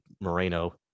Moreno